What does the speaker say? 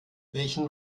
welchen